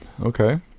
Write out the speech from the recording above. Okay